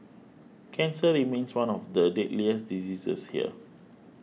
cancer remains one of the deadliest diseases here